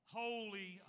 holy